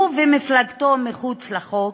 הוא ומפלגתו, מחוץ לחוק,